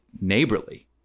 neighborly